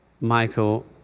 Michael